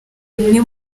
imwe